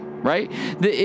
Right